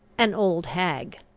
an old hag,